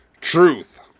Truth